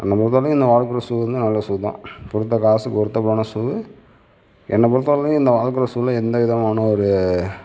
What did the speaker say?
என்னை பொருத்தளவும் இந்த வால்க்ரோ ஷூ வந்து நல்ல ஷூ தான் கொடுத்த காசுக்கு பொருத்தமான ஷூவு என்ன பொருத்தவரையிலயும் இந்த வால்க்ரோ ஷூவில் எந்த விதமான ஒரு